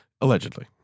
Allegedly